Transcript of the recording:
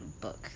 book